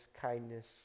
kindness